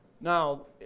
Now